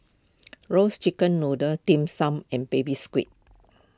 Roasted Chicken Noodle Dim Sum and Baby Squid